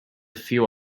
few